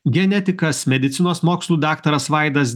genetikas medicinos mokslų daktaras vaidas